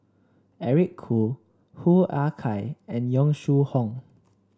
Eric Khoo Hoo Ah Kay and Yong Shu Hoong